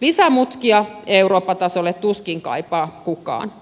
lisämutkia eurooppa tasolle tuskin kaipaa kukaan